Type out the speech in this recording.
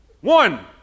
One